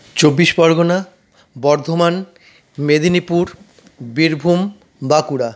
Chabbish Pargana Bardhaman Medinipur Birbhum Bankura